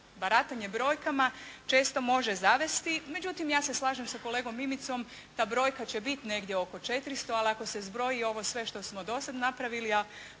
baratanje brojkama često može zavesti. Međutim ja se slažem sa kolegom Mimicom, ta brojka će biti negdje oko 400, ali ako se zbroji ovo sve što smo do sada napravili,